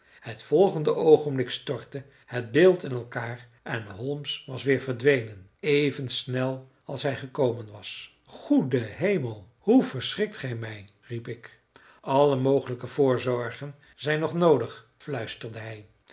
het volgende oogenblik stortte het beeld in elkaar en holmes was weer verdwenen even snel als hij gekomen was goede hemel hoe verschrikt gij mij riep ik alle mogelijke voorzorgen zijn nog noodig fluisterde hij